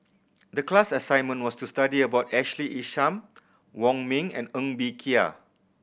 the class assignment was to study about Ashley Isham Wong Ming and Ng Bee Kia